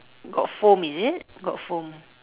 got foam is it got foam